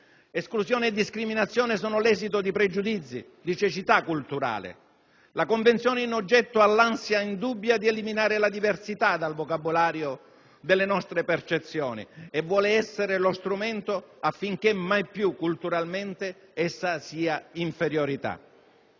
Esclusione e discriminazione sono l'esito di pregiudizi, di cecità culturale. La Convenzione in oggetto ha l'ansia indubbia di eliminare la diversità dal vocabolario delle nostre percezioni e vuole essere lo strumento affinché mai più, culturalmente, essa sia inferiorità.